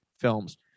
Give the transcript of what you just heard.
films